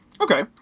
Okay